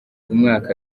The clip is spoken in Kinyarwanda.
umwaka